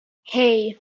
hey